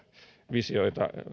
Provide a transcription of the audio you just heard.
visioita